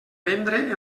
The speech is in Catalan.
vendre